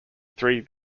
three